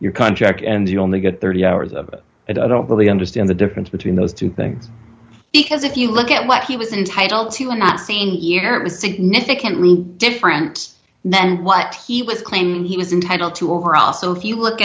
your contract and you only get thirty hours of it i don't really understand the difference between those two things because if you look at what he was entitle to i'm not saying that year it was significantly different than what he was claiming he was intended to her also if you look